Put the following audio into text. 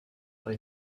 pas